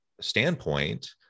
standpoint